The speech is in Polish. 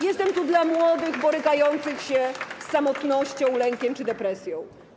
Jestem tu dla młodych, borykających się z samotnością, lękiem czy depresją.